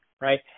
right